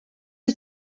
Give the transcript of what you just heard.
you